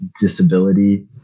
disability